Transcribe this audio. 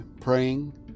praying